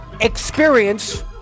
Experience